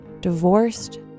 divorced